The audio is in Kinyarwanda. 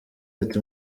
ati